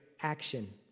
action